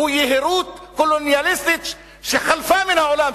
הוא יהירות קולוניאליסטית שחלפה מן העולם,